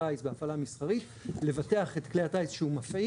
טיס בהפעלה מסחרית לבטח את כלי הטיס שהוא מפעיל,